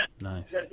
Nice